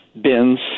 bins